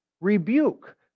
Rebuke